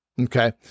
okay